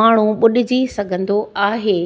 माण्हू ॿुॾिजी सघंदो आहे